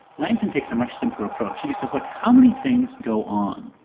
langton takes a much simpler approach, he just says look how many things go on?